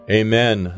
amen